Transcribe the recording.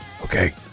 okay